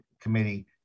committee